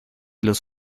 los